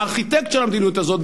הארכיטקט של המדיניות הזאת,